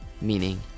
meaning